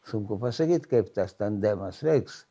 sunku pasakyt kaip tas tandemas veiks